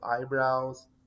eyebrows